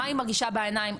מה היא מרגישה בעיניים,